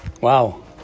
Wow